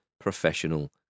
professional